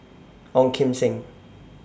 Ong Kim Seng